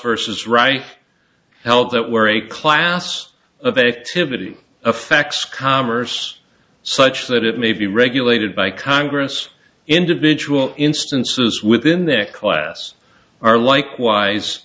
versus right help that were a class of activity affects commerce such that it may be regulated by congress individual instances within their class are likewise